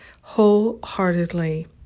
wholeheartedly